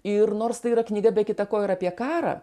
ir nors tai yra knyga be kita ko ir apie karą